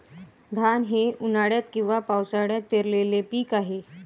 धान हे उन्हाळ्यात किंवा पावसाळ्यात पेरलेले पीक आहे